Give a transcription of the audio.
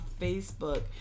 Facebook